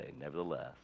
nevertheless